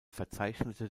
verzeichnete